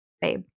babe